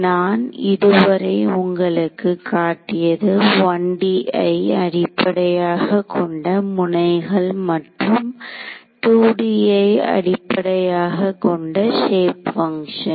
நான் இதுவரை உங்களுக்கு காட்டியது 1D ஐ அடிப்படையாக கொண்ட முனைகள் மற்றும் 2D ஐ அடிப்படையாகக் கொண்ட க்ஷேப் பங்க்ஷன்